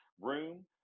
room